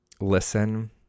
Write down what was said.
listen